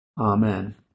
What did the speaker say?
Amen